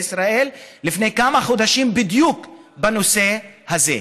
ישראל לפני כמה חודשים בדיוק בנושא הזה.